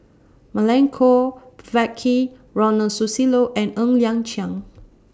Milenko Prvacki Ronald Susilo and Ng Liang Chiang